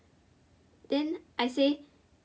then I say